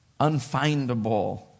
unfindable